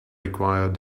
required